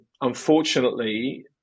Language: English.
unfortunately